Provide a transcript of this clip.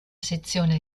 sezione